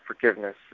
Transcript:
forgiveness